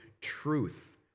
truth